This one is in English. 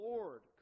Lord